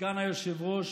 סגן היושב-ראש,